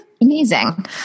Amazing